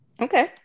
Okay